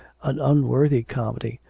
an unworthy comedy,